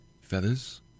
feathers